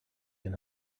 can